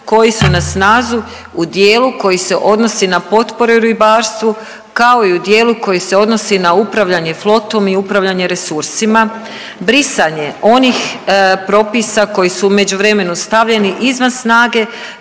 koji su na snazi u dijelu koji se odnosi na potpore u ribarstvu, kao i u dijelu koji se odnosi na upravljanje flotom i upravljanje resursima, brisanje onih propisa koji su u međuvremenu stavljeni izvan snage,